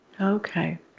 Okay